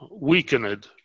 weakened